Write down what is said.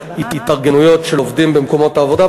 התארגנויות של עובדים במקומות עבודה,